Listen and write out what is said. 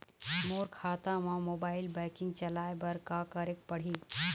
मोर खाता मा mobile banking चलाए बर का करेक पड़ही?